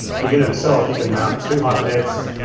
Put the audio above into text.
the unit itself, you can mount two hyperdecks